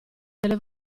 delle